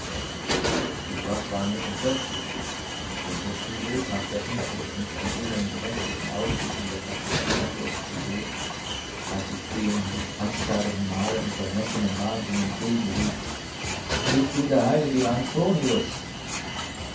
dies wort war mir entsetzlich denn nur zu lebhaft erinnerte es mich an jenen gräßlichen augenblick in der kapuzinerkirche zu b als ich dem mich anstarrenden maler in vermessenem wahnsinn entgegenrief ich bin der heilige antonius